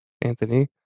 Anthony